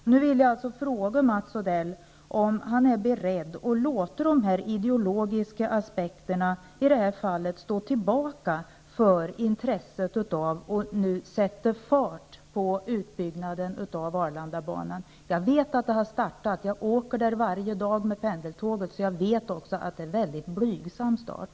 Jag vill nu fråga Mats Odell om han är beredd att låta de ideologiska aspekterna i detta fall stå tillbaka för intresset av att nu sätta fart på utbyggnaden av Arlandabanan. Jag vet att den har startat, men jag åker varje dag förbi den med tåget och vet att det är en mycket blygsam start.